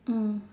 mm